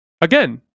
Again